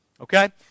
Okay